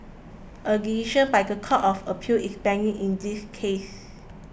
a decision by the Court of Appeal is pending in this case